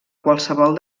qualsevol